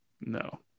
no